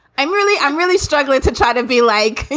i'm really i'm really struggling to try to be like,